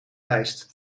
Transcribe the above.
lijst